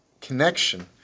connection